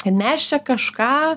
kad mes čia kažką